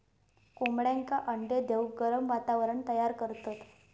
कोंबड्यांका अंडे देऊक गरम वातावरण तयार करतत